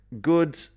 good